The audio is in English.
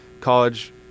college